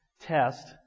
test